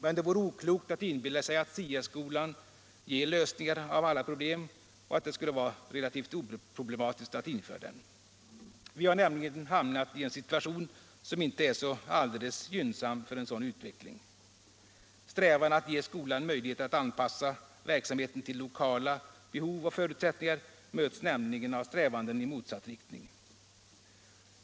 Men det vore oklokt att inbilla sig att SIA-skolan ger lösningar på alla problem och att det skulle vara relativt oproblematiskt att införa den. Vi har hamnat i en situation, som inte är så alldeles gynnsam för en sådan utveckling. Strävan att ge skolan möjligheter att anpassa verksamheten till lokala behov och förutsättningar möts nämligen av strävanden i motsatt riktning.